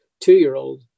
two-year-old